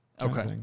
Okay